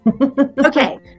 Okay